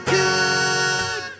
good